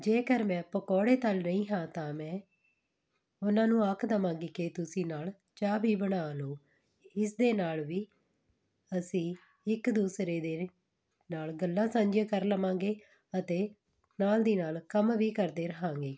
ਜੇਕਰ ਮੈਂ ਪਕੌੜੇ ਤਲ ਰਹੀ ਹਾਂ ਤਾਂ ਮੈਂ ਉਹਨਾਂ ਨੂੰ ਆਖ ਦੇਵਾਂਗੀ ਕਿ ਤੁਸੀਂ ਨਾਲ ਚਾਹ ਵੀ ਬਣਾ ਲਓ ਇਸ ਦੇ ਨਾਲ ਵੀ ਅਸੀਂ ਇੱਕ ਦੂਸਰੇ ਦੇ ਨਾਲ ਗੱਲਾਂ ਸਾਂਝੀਆਂ ਕਰ ਲਵਾਂਗੇ ਅਤੇ ਨਾਲ ਦੀ ਨਾਲ ਕੰਮ ਵੀ ਕਰਦੇ ਰਹਾਂਗੇ